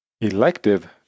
Elective